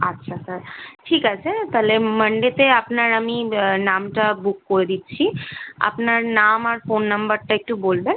আচ্ছা স্যার ঠিক আছে তালে মনডেতে আপনার আমি নামটা বুক করে দিচ্ছি আপনার নাম আর ফোন নাম্বারটা একটু বলবেন